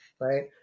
right